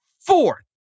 fourth